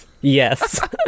Yes